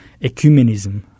ecumenism